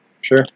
Sure